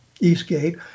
Eastgate